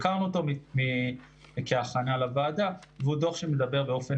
הכרנו אותו כהכנה לוועדה והוא דוח שמדבר באופן